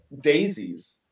daisies